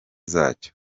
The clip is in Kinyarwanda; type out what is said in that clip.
zacyo